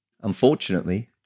Unfortunately